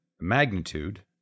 magnitude